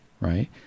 right